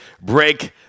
break